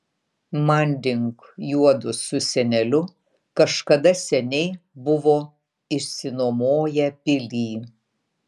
manding juodu su seneliu kažkada seniai buvo išsinuomoję pilį